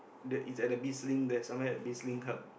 the it's at the Bizlink there somewhere at Bizlink hub